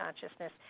consciousness